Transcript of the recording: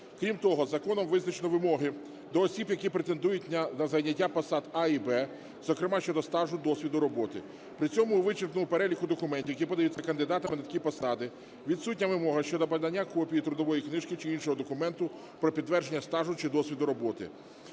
Крім того, законом визначено вимоги до осіб, які претендують на заняття посад "А" і "Б", зокрема щодо стажу, досвіду роботи. При цьому у вичерпному переліку документів, які подаються кандидатам на такі посади, відсутня вимога щодо подання копії трудової книжки чи іншого документа про підтвердження стажу чи досвіду роботи,